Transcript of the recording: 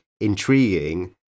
intriguing